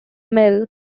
mill